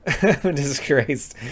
Disgraced